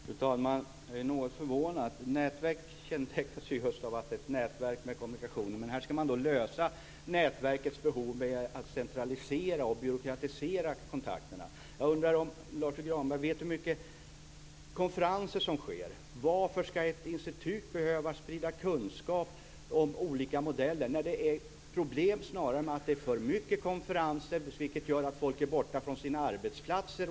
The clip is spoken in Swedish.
Fru talman! Jag är något förvånad. Nätverk kännetecknas just av det är ett nätverk för kommunikation. Men här ska man tillgodose nätverkets behov genom att centralisera och byråkratisera kontakterna. Jag undrar om Lars U Granberg vet hur mycket konferenser som hålls. Varför ska ett institut behöva att sprida kunskap om olika modeller? Problemet är snarare att det är för mycket konferenser, vilket gör att folk är borta från sina arbetsplatser.